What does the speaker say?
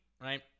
right